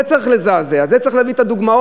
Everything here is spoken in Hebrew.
זה צריך לזעזע, לזה צריך להביא את הדוגמאות.